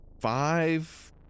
five